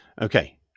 Okay